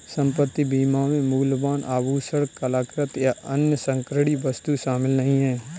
संपत्ति बीमा में मूल्यवान आभूषण, कलाकृति, या अन्य संग्रहणीय वस्तुएं शामिल नहीं हैं